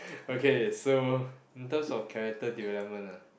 okay so in terms of character development ah